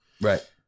right